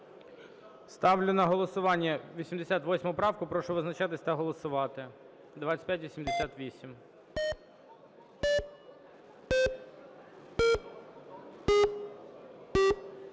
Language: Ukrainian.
Ставлю на голосування 2636. Прошу визначатися та голосувати.